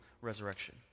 resurrection